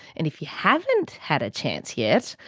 and if you haven't had a chance yet,